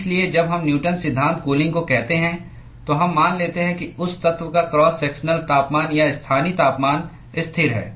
इसलिए जब हम न्यूटन सिद्धांत कूलिंग को कहते हैं तो हम मान लेते हैं कि उस तत्व का क्रॉस सेक्शनल तापमान या स्थानीय तापमान स्थिर है